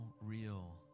real